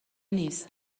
نیست